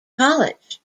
college